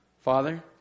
Father